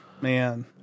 man